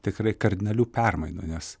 tikrai kardinalių permainų nes